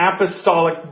apostolic